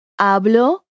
Hablo